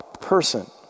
person